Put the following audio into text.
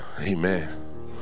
Amen